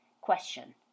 question